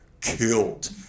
killed